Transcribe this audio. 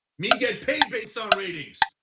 me get paid based on ratings.